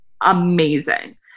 amazing